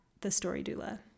thestorydoula